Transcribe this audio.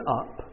up